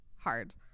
Hard